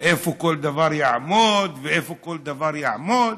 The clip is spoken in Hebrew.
איפה כל דבר יעמוד ואיפה כל דבר יעמוד.